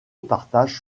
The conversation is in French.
partage